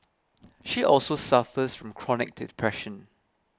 she also suffers from chronic depression